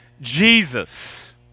Jesus